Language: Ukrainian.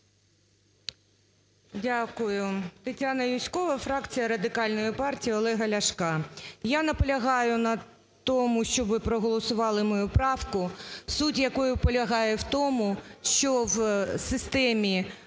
Дякую. Тетяна Юзькова, фракція Радикальної партії Олега Ляшка. Я наполягаю на тому, щоб ви проголосували мою правку, суть якої полягає в тому, що в системі